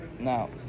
now